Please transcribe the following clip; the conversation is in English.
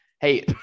Hey